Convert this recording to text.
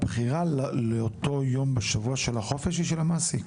הבחירה לאותו יום בשבוע של החופש היא של המעסיק?